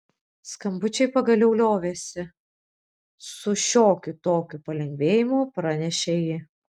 skambučiai pagaliau liovėsi su šiokiu tokiu palengvėjimu pranešė ji